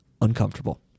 uncomfortable